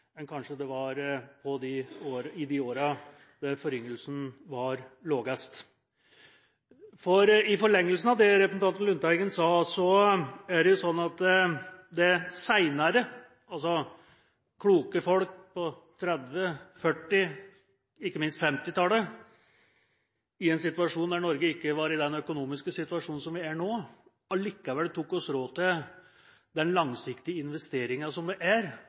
det kanskje var i de årene foryngelsen var minst. I forlengelsen av det representanten Lundteigen sa, er det slik at kloke folk på 1930-, 1940-, og ikke minst 1950-tallet, i en situasjon der Norge ikke var i den økonomiske situasjonen som vi er nå, likevel tok seg råd til den langsiktige investeringen det er